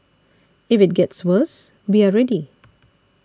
if it gets worse we are ready